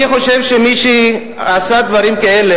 אני חושב שמי שעשה דברים כאלה,